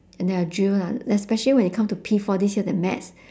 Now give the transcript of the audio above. and then I drill lah especially when it come to P four this year the maths